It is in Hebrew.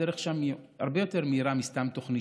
הדרך שם הרבה יותר מהירה מסתם תוכנית